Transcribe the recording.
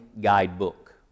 guidebook